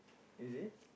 is it